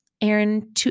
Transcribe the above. Aaron